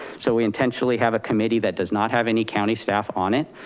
so we intentionally have a committee that does not have any county staff on it.